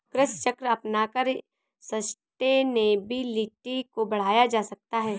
कृषि चक्र अपनाकर सस्टेनेबिलिटी को बढ़ाया जा सकता है